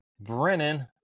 Brennan